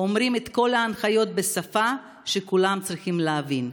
אומרת את כל ההנחיות בשפה שכולם מצליחים להבין.